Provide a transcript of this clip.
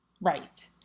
Right